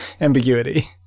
ambiguity